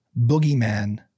boogeyman